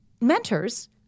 mentors—